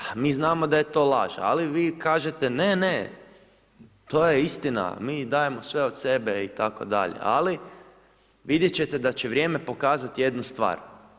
A mi znamo da je to laž, ali vi kažete ne, ne, to je istina, mi dajemo sve od sebe itd., ali vidjet će te da će vrijeme pokazati jednu stvar.